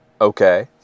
Okay